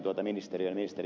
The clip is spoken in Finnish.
mitä tulee ed